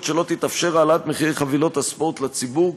שלא תתאפשר העלאת מחירי חבילות הספורט לציבור?